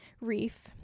Reef